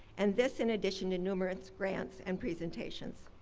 and this in addition to numerous grants and presentations.